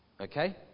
Okay